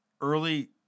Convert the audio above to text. early